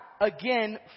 again